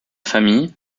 famille